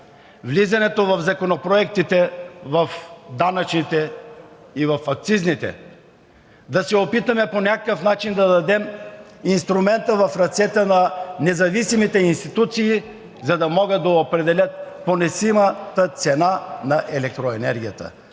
влизането в законопроектите, в данъчните и в акцизните, да се опитаме по някакъв начин да дадем инструмента в ръцете на независимите институции, за да могат да определят поносимата цена на електроенергията.